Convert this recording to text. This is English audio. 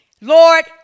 Lord